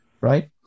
Right